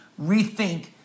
rethink